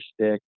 stick